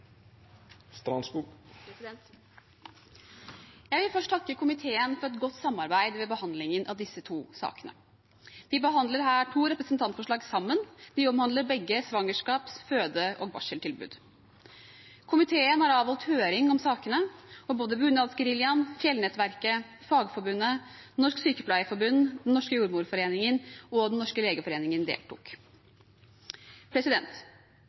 3 minutt. Jeg vil først takke komiteen for et godt samarbeid ved behandlingen av disse to sakene. Vi behandler her to representantforslag sammen. De omhandler begge svangerskaps-, føde- og barseltilbud. Komiteen har avholdt høring om sakene, og både bunadsgeriljaen, Fjellnettverket, Fagforbundet, Norsk Sykepleierforbund, Den norske jordmorforening og Den norske legeforening deltok.